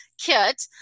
kit